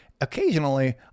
occasionally